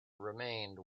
remained